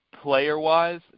player-wise